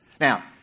Now